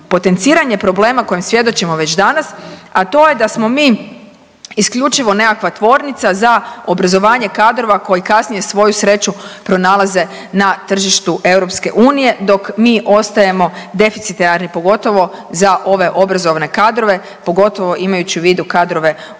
potenciranje problema kojem svjedočimo već danas, a to je da smo mi isključivo nekakva tvornica za obrazovanje kadrova koji kasnije svoju sreću pronalaze na tržištu EU dok mi ostajemo deficitarni pogotovo za ove obrazovne kadrove pogotovo imajući u vidu kadrove u